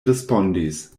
respondis